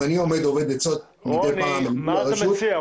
מה אתה מציע?